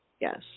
Yes